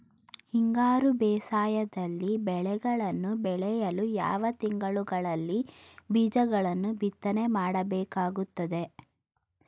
ಹಿಂಗಾರು ಬೇಸಾಯದಲ್ಲಿ ಬೆಳೆಗಳನ್ನು ಬೆಳೆಯಲು ಯಾವ ತಿಂಗಳುಗಳಲ್ಲಿ ಬೀಜಗಳನ್ನು ಬಿತ್ತನೆ ಮಾಡಬೇಕಾಗುತ್ತದೆ?